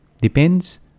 depends